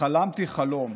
"חלמתי חלום: